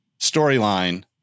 storyline